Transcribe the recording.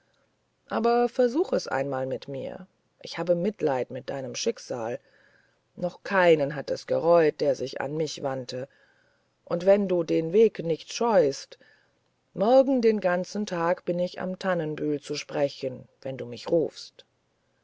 aber versuch es einmal mit mir ich habe mitleiden mit deinem schicksal noch keinen hat es gereut der sich an mich wandte und wenn du den weg nicht scheust morgen den ganzen tag bin ich am tannenbühl zu sprechen wenn du mich rufst